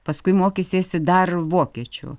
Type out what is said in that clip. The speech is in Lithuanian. paskui mokysiesi dar vokiečių